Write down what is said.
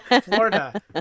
Florida